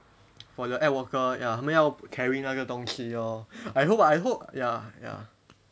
for the ad walker ya 他们要 carry 那个东西哦 I hope I hope ya ya